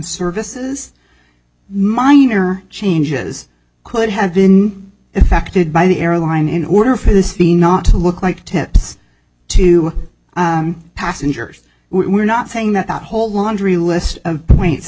services minor changes could have been effected by the airline in order for the scene not to look like tips to passengers we're not saying that whole laundry list of points